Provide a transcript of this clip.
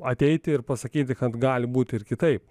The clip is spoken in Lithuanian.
ateiti ir pasakyti kad gali būti ir kitaip